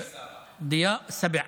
דיא סבע.